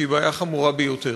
שהיא בעיה חמורה ביותר.